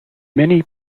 mini